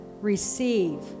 receive